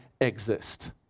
exist